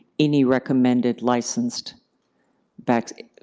any recommended licensed vaccine,